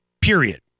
period